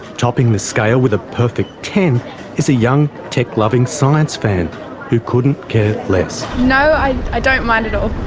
topping the scale with a perfect ten is a young tech-loving science fan who couldn't care less. no, i i don't mind at all,